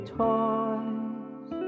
toys